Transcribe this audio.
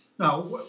Now